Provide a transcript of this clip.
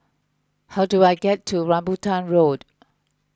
how do I get to Rambutan Road